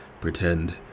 pretend